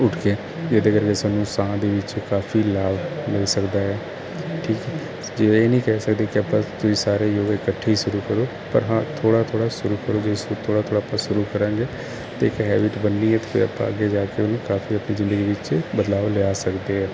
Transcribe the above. ਉੱਠ ਕੇ ਜਿਹਦੇ ਕਰਕੇ ਸਾਨੂੰ ਸਾਹ ਦੇ ਵਿੱਚ ਕਾਫੀ ਸਾਭ ਮਿਲ ਸਕਦਾ ਹੈ ਠੀਕ ਹੈ ਜੇ ਇਹ ਨਹੀਂ ਕਹਿ ਸਕਦੇ ਕਿ ਆਪਾਂ ਤੁਸੀਂ ਸਾਰੇ ਯੋਗਾ ਇਕੱਠੀ ਸ਼ੁਰੂ ਕਰੋ ਪਰ ਹਾਂ ਥੋੜਾ ਥੋੜਾ ਸ਼ੁਰੂ ਕਰੋ ਜਿਸ ਵਿਚ ਥੋੜਾ ਥੋੜਾ ਆਪਾਂ ਸ਼ੁਰੂ ਕਰਾਂਗੇ ਤੇ ਇੱਕ ਹੈਬਿਟ ਬਨਦੀ ਐ ਤੇ ਫਿਰ ਆਪਾਂ ਅੱਗੇ ਜਾ ਕੇ ਉਹਨੂੰ ਖਾ ਕੇ ਆਪਣੀ ਜਿੰਦਗੀ ਵਿੱਚ ਬਦਲਾਵ ਲਿਆ ਸਕਦੇ ਆ